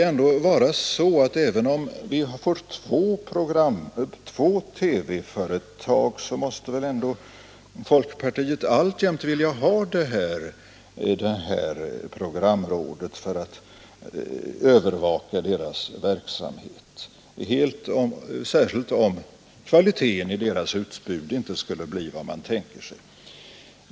Även om vi får två TV-företag måste väl ändå folkpartiet alltjämt vilja ha det här programrådet för att övervaka deras verksamhet, särskilt om kvaliteten i deras utbud inte skulle bli vad man tänker sig.